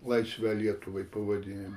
laisvė lietuvai pavadinimu